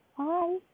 Hi